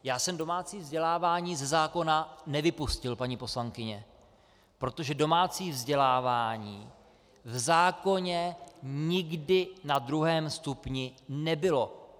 Já jsem domácí vzdělávání ze zákona nevypustil, paní poslankyně, protože domácí vzdělávání v zákoně nikdy na druhém stupni nebylo.